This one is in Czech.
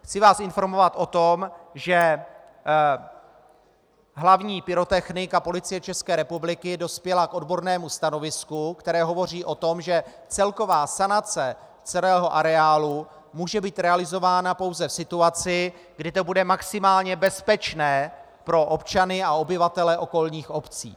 Chci vás informovat o tom, že hlavní pyrotechnik a Policie ČR dospěli k odbornému stanovisku, které hovoří o tom, že celková sanace celého areálu může být realizována pouze v situaci, kdy to bude maximálně bezpečné pro občany a obyvatele okolních obcí.